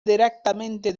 directamente